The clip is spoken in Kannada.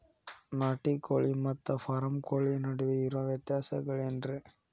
ನಾಟಿ ಕೋಳಿ ಮತ್ತ ಫಾರಂ ಕೋಳಿ ನಡುವೆ ಇರೋ ವ್ಯತ್ಯಾಸಗಳೇನರೇ?